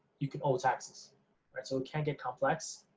you can owe taxes, right, so it can get complex,